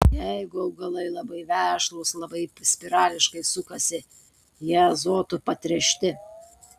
jeigu augalai labai vešlūs lapai spirališkai sukasi jie azotu patręšti